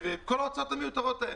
זה יחסוך את כל ההוצאות המיותרות האלה.